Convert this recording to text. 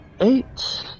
eight